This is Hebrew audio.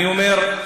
אני אומר: